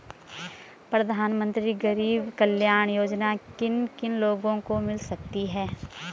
प्रधानमंत्री गरीब कल्याण योजना किन किन लोगों को मिल सकती है?